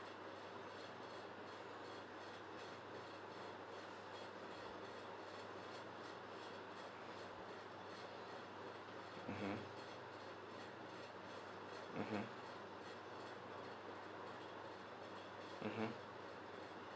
mmhmm mmhmm mmhmm